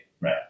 right